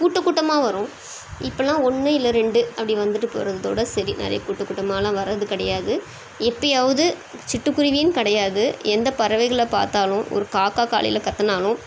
கூட்டம் கூட்டமாக வரும் இப்போலாம் ஒன்று இல்லை ரெண்டு அப்படி வந்துட்டு போகிறதோட சரி நிறைய கூட்ட கூட்டமாலாம் வர்றது கிடையாது எப்போயாவது சிட்டுக்குருவியின் கிடையாது எந்த பறவைகள பார்த்தாலும் ஒரு காக்கா காலையில் கற்றுனாலும்